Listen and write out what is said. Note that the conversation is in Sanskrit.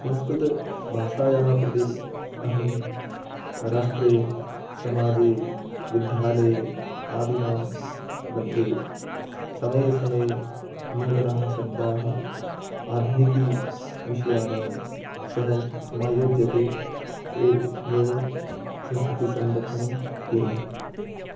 संस्कृतभाषायाः प्रति अहं राष्ट्रे समाजे विद्यालये आदीनां मध्ये समये समये नूतनाः शब्दाः आधुनिकविषयाणां सह समायोज्यते एवमेव संस्कृतिसंरक्षणं कुर्मः